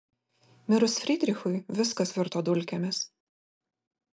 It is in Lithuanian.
mirus frydrichui viskas virto dulkėmis